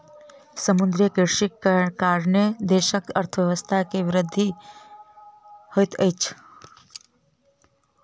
समुद्रीय कृषिक कारणेँ देशक अर्थव्यवस्था के वृद्धि होइत अछि